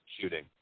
shooting